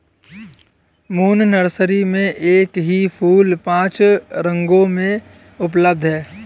moon nursery में एक ही फूल पांच रंगों में उपलब्ध है